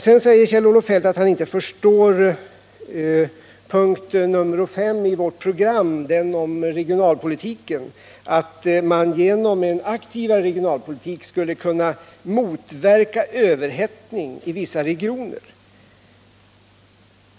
Sedan säger Kjell-Olof Feldt att han inte förstår punkten 5 i vårt program — den om regionalpolitiken, att man genom en aktivare regionalpolitik skulle kunna motverka överhettning i vissa regioner.